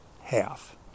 half